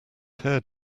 tear